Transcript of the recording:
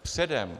Předem.